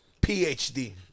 PhD